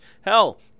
Hell